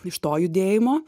iš to judėjimo